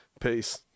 Peace